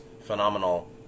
phenomenal